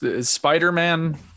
Spider-Man